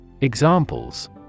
Examples